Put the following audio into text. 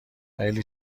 خیلی